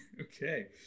Okay